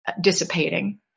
dissipating